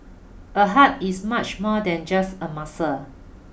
a heart is much more than just a muscle